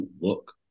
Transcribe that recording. look